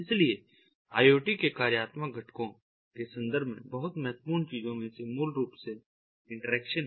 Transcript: इसलिए IoT के कार्यात्मक घटकों के संदर्भ में बहुत महत्वपूर्ण चीजों में से एक मूल रूप से इंटरेक्शन है